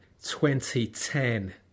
2010